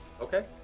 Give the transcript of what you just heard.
Okay